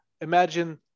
Imagine